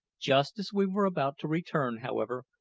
just as we were about to return, however,